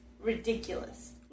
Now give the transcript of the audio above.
ridiculous